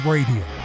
Radio